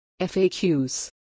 FAQs